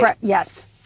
Yes